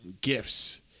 gifts